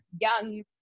young